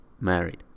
Married